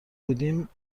بودیم